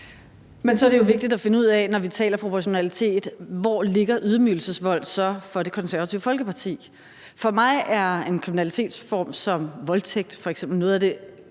Men så er det jo vigtigt at finde ud af, når vi taler proportionalitet, hvor ydmygelsesvold så ligger for Det Konservative Folkeparti. For mig er en kriminalitetsform som voldtægt f.eks. noget af det